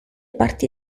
parti